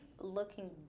looking